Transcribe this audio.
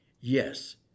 Yes